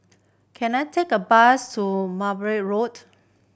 can I take a bus to Merbau Road